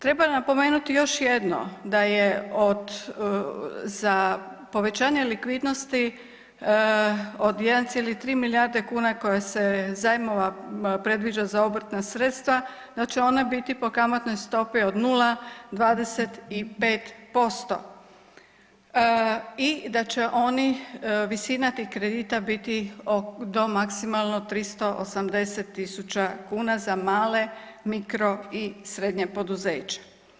Treba napomenuti još jedno da je za povećanje likvidnosti od 1,3 milijardi kuna zajmova koji se predviđa za obrtna sredstva da će ona biti po kamatnoj stopi od 0,25% i da će visina tih kredita biti do maksimalno 380.000 kuna za male, mikro i srednja poduzeća.